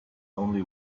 only